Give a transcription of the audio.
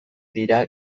dira